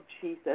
Jesus